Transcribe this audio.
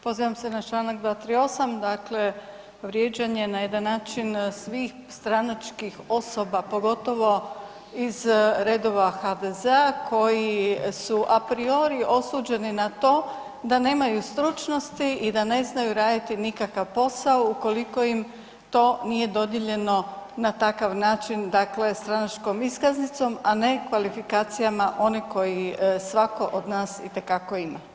Pozivam se na čl. 238., dakle vrijeđanje na jedan način svih stranačkih osoba, pogotovo iz redova HDZ-a koji su a priori osuđeni na to da nemaju stručnosti i da ne znaju raditi nikakav posao ukoliko im to nije dodijeljeno na takav način, dakle stranačkom iskaznicom, a ne kvalifikacijama oni koji svako od nas itekako ima.